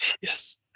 Yes